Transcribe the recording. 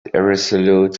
irresolute